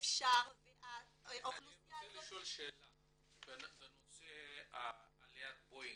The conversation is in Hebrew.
אני רוצה לשאול שאלה בנושא עליית בואינג.